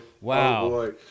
Wow